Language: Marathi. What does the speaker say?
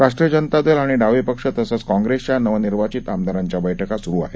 राष्ट्रीय जनता दल आणि डावे पक्ष तसंच काँप्रेसच्या नवनिर्वाचित आमदारांच्या बरिका सुरु आहेत